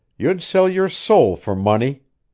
you'd sell your soul for money!